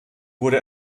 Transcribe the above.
wurde